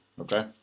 okay